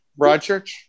Broadchurch